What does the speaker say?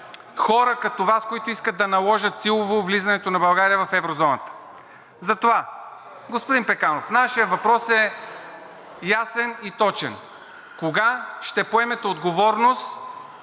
хора като Вас, които искат да наложат силово влизането на България в еврозоната. Затова, господин Пеканов, нашият въпрос е ясен и точен: кога ще поемете отговорност